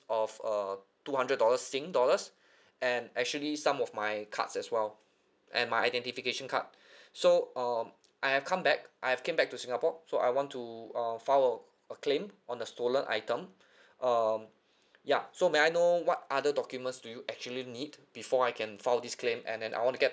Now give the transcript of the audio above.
of uh two hundred dollars sing dollars and actually some of my cards as well and my identification card so um I have come back I've came back to singapore so I want to uh file a a claim on the stolen item um ya so may I know what other documents do you actually need before I can file this claim and then I want to get